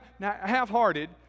half-hearted